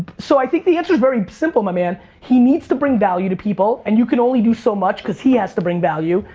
so i think the answer's very simple, my man. he needs to bring value to people and you can only do so much cause he has to bring value.